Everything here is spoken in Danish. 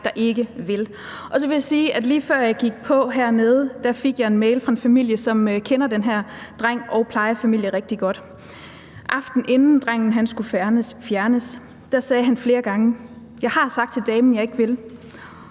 der ikke vil. Så vil jeg sige, at lige før jeg gik på hernede, fik jeg en mail fra en familie, som kender den her dreng og plejefamilien rigtig godt. Aftenen inden drengen skulle fjernes, sagde han flere gange: Jeg har sagt til damen, at jeg ikke vil.